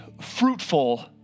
fruitful